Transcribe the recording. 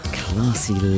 classy